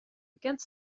bekend